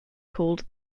called